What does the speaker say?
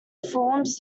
forms